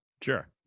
Sure